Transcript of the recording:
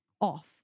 off